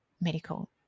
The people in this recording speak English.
medical